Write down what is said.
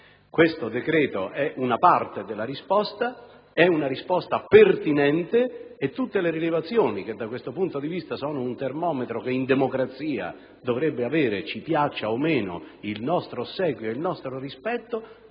rappresenta una parte della risposta; si tratta di una risposta pertinente e tutte le rilevazioni, che da questo punto di vista sono un termometro che in democrazia dovrebbe avere - ci piaccia o no - il nostro ossequio e il nostro rispetto,